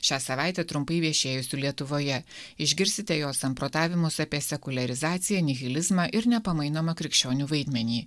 šią savaitę trumpai viešėjusiu lietuvoje išgirsite jo samprotavimus apie sekuliarizaciją nihilizmą ir nepamainomą krikščionių vaidmenį